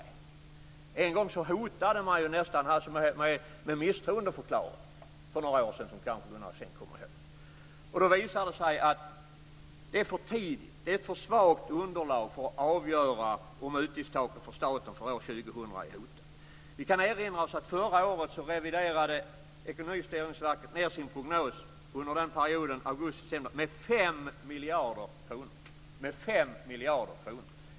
För några år sedan hotade man nästan med misstroendeförklaring, som kanske Gunnar Axén kommer ihåg. Då visar det sig att det är för tidigt och att det är ett för svagt underlag för att avgöra om utgiftstaket för staten för år 2000 är hotat. Vi kan erinra oss att Ekonomistyrningsverket förra året reviderade ned sin prognos under perioden augusti-september med 5 miljarder kronor.